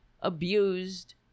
abused